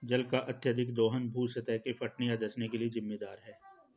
जल का अत्यधिक दोहन भू सतह के फटने या धँसने के लिये जिम्मेदार है